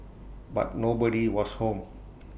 but nobody was home